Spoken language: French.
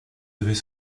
devait